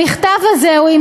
המכתב הזה הוא,